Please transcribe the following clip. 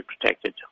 protected